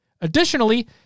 Additionally